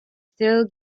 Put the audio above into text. still